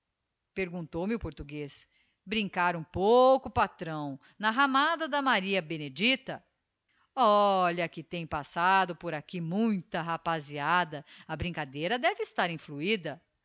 paramentado perguntou-me o portuguez brincar um pouco patrão na ramada da maria benedicta olha que tem passado por aqui muita rapaziada a brincadeira deve estar influída